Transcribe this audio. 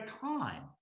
time